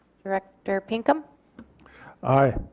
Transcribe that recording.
director pinkham aye.